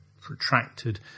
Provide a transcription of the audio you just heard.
protracted